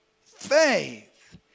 faith